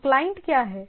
तो क्लाइंट क्या है